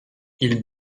ils